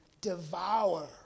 devour